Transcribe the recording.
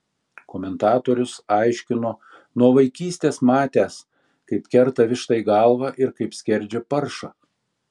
komentatorius aiškino nuo vaikystės matęs kaip kerta vištai galvą ir kaip skerdžia paršą